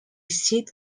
syd